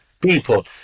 people